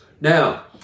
Now